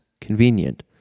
convenient